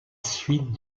suite